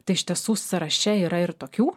tai iš tiesų sąraše yra ir tokių